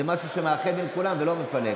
זה משהו שמאחד את כולם ולא מפלג.